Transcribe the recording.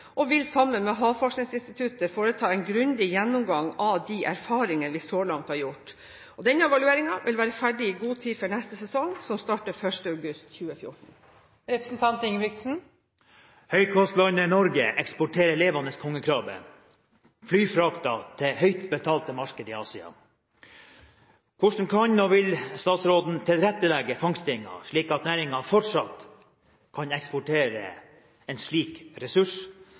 og vil sammen med Havforskningsinstituttet foreta en grundig gjennomgang av de erfaringer vi så langt har gjort. Den evalueringen vil være ferdig i god tid før neste sesong, som starter 1. august 2014. Høykostlandet Norge eksporterer levende kongekrabbe, flyfraktet til høyt betalte markeder i Asia. Hvordan kan og vil statsråden tilrettelegge fangstingen slik at næringen fortsatt kan eksportere en slik ressurs,